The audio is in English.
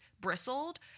bristled